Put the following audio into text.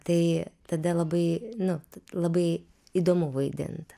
tai tada labai nu labai įdomu vaidint